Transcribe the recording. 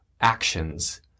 actions